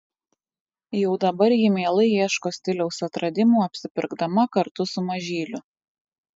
jau dabar ji mielai ieško stiliaus atradimų apsipirkdama kartu su mažyliu